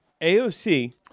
AOC